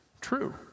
true